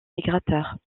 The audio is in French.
migrateurs